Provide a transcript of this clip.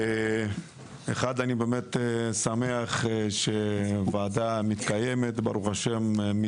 ראשית, אני באמת שמח שהוועדה, ברוך השם, מתקיימת.